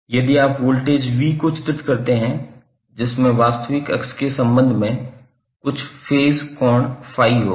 यदि आप voltage V को चित्रित करते हैं जिसमें वास्तविक अक्ष के संबंध में कुछ फेज़ कोण Phi होगा